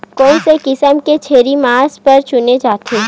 कोन से किसम के छेरी मांस बार चुने जाथे?